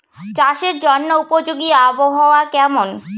চাষের জন্য উপযোগী আবহাওয়া কেমন?